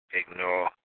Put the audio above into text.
ignore